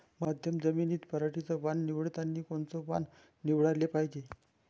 मध्यम जमीनीत पराटीचं वान निवडतानी कोनचं वान निवडाले पायजे?